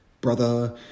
brother